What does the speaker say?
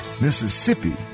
Mississippi